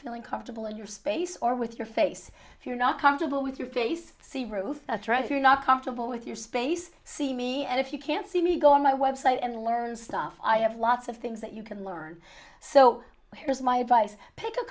feeling comfortable in your space or with your face if you're not comfortable with your face see roof drive you're not comfortable with your space see me and if you can't see me go on my website and learn stuff i have lots of things that you can learn so here's my advice pick a